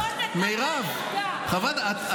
למה לא נקטת עמדה?